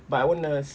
but I want to